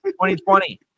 2020